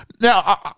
now